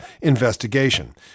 investigation